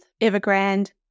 Evergrande